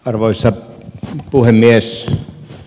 arvoisa puhemies